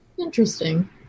Interesting